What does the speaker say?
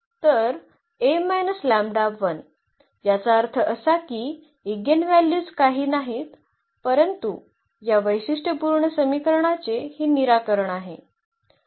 तर याचा अर्थ असा की ईगेनव्हॅल्यूज काही नाहीत परंतु या वैशिष्ट्यपूर्ण समीकरणाचे हे निराकरण आहे